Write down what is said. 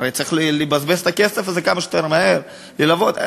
הרי צריך לבזבז את הכסף הזה כמה שיותר מהר, ללוות.